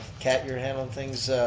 kat, you're handling things,